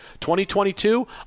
2022